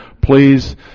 please